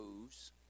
moves